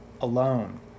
alone